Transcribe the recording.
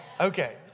Okay